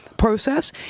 process